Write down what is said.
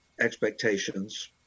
expectations